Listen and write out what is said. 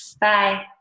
Bye